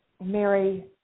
Mary